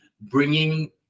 bringing